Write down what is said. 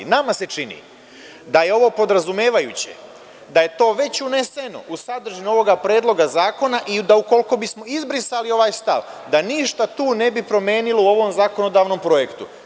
Nama se čini da je ovo podrazumevajuće, da je to već uneseno u sadržinu ovog Predloga zakona i da ukoliko bismo izbrisali ovaj stav da ništa tu ne bi promenilo u ovom zakonodavnom projektu.